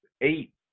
eight